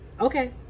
okay